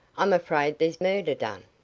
i'm afraid there's murder done.